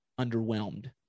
underwhelmed